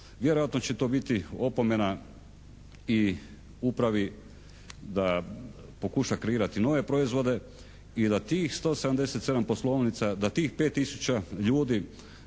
Vjerojatno će to biti opomena i upravi da pokuša kreirati nove proizvode i da tih 177 poslovnika, da tih 5 tisuća ljudi,